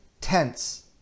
tense